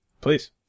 Please